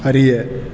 அறிய